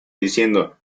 diciendo